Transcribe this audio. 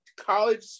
college